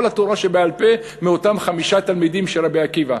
כל התורה שבעל-פה מאותם חמישה תלמידים של רבי עקיבא.